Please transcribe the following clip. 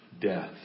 death